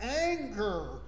anger